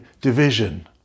division